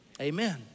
amen